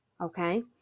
okay